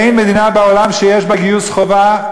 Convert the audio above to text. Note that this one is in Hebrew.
אין מדינה בעולם שיש בה גיוס חובה,